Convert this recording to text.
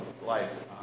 life